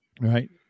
Right